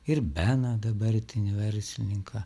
ir beną dabartinį verslininką